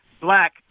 black